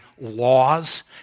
laws